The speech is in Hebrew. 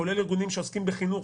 כולל ארגונים שעוסקים בחינוך,